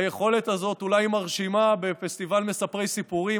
היכולת הזאת אולי היא מרשימה בפסטיבל מספרי סיפורים,